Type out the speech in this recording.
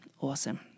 awesome